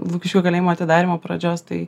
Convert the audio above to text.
lukiškių kalėjimo atidarymo pradžios tai